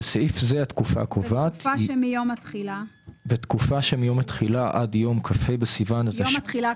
בתקופה שמיום התחילה --- יום התחילה,